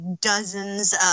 dozens